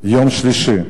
ביום שלישי,